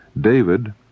David